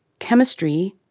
chemistry,